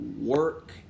work